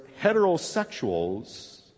heterosexuals